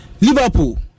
Liverpool